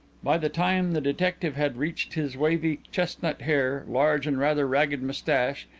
by the time the detective had reached his wavy chestnut hair, large and rather ragged moustache,